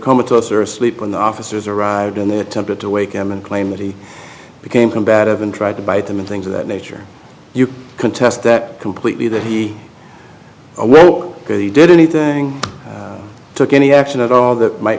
comatose or asleep when the officers arrived in the attempted to wake him and claim that he became combative and tried to bite them and things of that nature you can contest that completely that he a well he did anything took any action at all that might